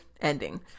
Ending